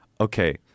Okay